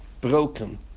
broken